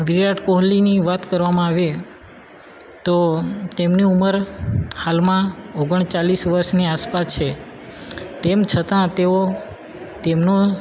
વિરાટ કોહલીની વાત કરવામાં આવે તો તેમની ઉમર હાલમાં ઓગણ ચાલીસ વર્ષની આસપાસ છે તેમ છતાં તેઓ તેમનો